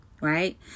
right